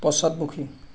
পশ্চাদমুখী